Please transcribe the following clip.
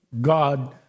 God